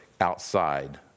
outside